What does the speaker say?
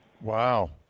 Wow